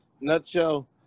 nutshell